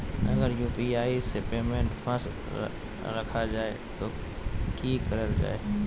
अगर यू.पी.आई से पेमेंट फस रखा जाए तो की करल जाए?